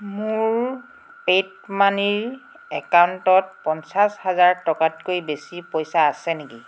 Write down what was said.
মোৰ পে'ডমানিৰ একাউণ্টত পঞ্চাছ হাজাৰ টকাতকৈ বেছি পইচা আছে নেকি